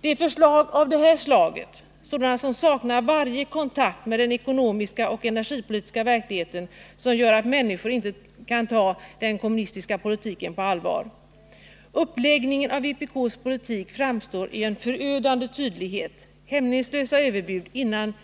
Det är förslag av den här arten — sådana som saknar varje kontakt med den ekonomiska och energipolitiska verkligheten — som gör att människor inte kan ta den kommunistiska politiken på allvar. Uppläggningen av vpk:s politik framstår med förödande tydlighet: hämningslösa överbud innan